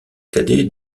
cadet